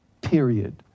period